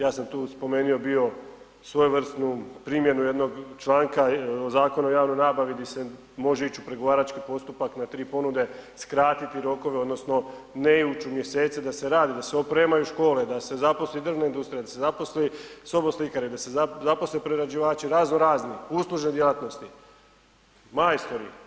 Ja sam tu spomenuo bio svojevrsnu primjenu jednog članka Zakona o javnoj nabavi gdje se može ići u pregovarački postupak u tri ponude, skratiti rokove odnosno ne ući u mjesece da se radi, da se opremaju škole, da se zaposli drvna industrija, da se zaposli soboslikare, da se zaposle prerađivači razno-razni, uslužne djelatnosti, majstori.